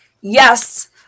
Yes